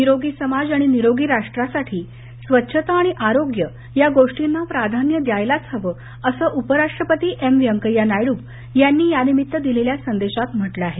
निरोगी समाज आणि निरोगी राष्ट्रासाठी स्वच्छता आणि आरोग्य या गोष्टींना प्राधान्य द्यायलाच हवं असं उपराष्ट्रपती एम वैंकय्या नायडू यांनी यानिमित्त दिलेल्या संदेशात म्हटलं आहे